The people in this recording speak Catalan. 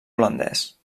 holandès